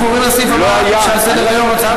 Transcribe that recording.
אנחנו עוברים לסעיף הבא שעל סדר-היום: הצעת